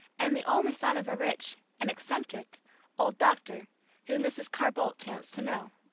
and the only son of a rich and eccentric old doctor whom mrs. carr-bolt chanced to know.